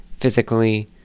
physically